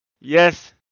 Yes